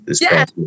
Yes